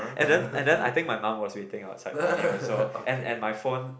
and then and then I think my mum was waiting outside for me also and and my phone